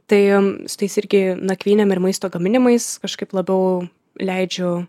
tai su tais irgi nakvynėm ir maisto gaminimas kažkaip labiau leidžiu